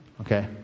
okay